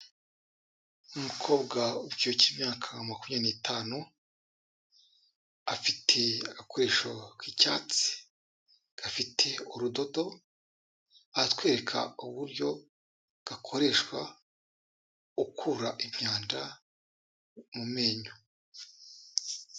Umukobwa w'ikigero cy'imyaka makumyabiri n'itanu, afite agakoresho k'icyatsi gafite urudodo, aratwereka uburyo gakoreshwa ukura imyanda mu menyo.